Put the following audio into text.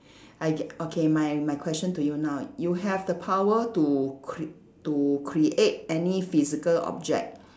I get okay my my question to you now you have the power to cr~ to create any physical object